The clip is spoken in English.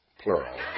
Plural